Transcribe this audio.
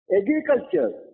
agriculture